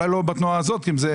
צריך